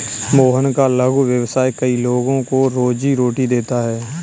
मोहन का लघु व्यवसाय कई लोगों को रोजीरोटी देता है